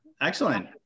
Excellent